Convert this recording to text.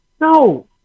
No